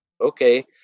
okay